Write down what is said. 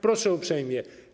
Proszę uprzejmie.